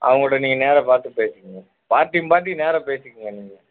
அவங்களோட நீங்கள் நேராக பார்த்து பேசிக்கொங்க பார்ட்டியும் பார்ட்டியும் நேராக பேசிக்கொங்க நீங்கள்